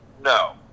no